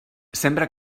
sembra